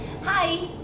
Hi